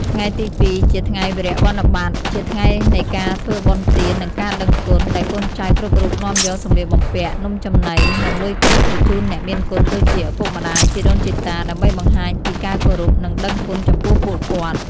ថ្ងៃទី ២ ជាថ្ងៃវារៈវ័នបត ជាថ្ងៃនៃការធ្វើបុណ្យទាន និងការដឹងគុណ ដែលកូនចៅគ្រប់រូបនាំយក សំលៀកបំពាក់ នំចំណី និងលុយកាក់ ទៅជូនអ្នកមានគុណដូចជា ឪពុកម្តាយ ជីដូនជីតា ដើម្បីបង្ហាញពីការគោរព និងដឹងគុណចំពោះពួកគាត់។